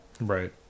Right